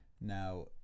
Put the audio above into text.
Now